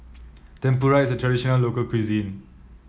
tempura is a traditional local cuisine